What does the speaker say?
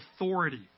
authority